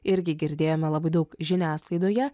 irgi girdėjome labai daug žiniasklaidoje